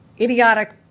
idiotic